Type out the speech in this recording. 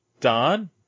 Don